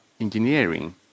engineering